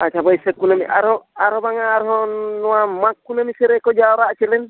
ᱟᱪᱪᱷᱟ ᱵᱟᱹᱭᱥᱟᱹᱠ ᱠᱩᱱᱟᱹᱢᱤ ᱟᱨᱦᱚᱸ ᱟᱨᱦᱚᱸ ᱵᱟᱝᱟ ᱱᱚᱣᱟ ᱢᱟᱜᱽ ᱠᱩᱱᱟᱹᱢᱤ ᱥᱮᱫ ᱨᱮᱠᱚ ᱡᱟᱣᱨᱟᱜᱼᱟ ᱪᱮᱞᱮᱱ